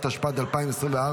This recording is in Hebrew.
התשפ"ד 2024,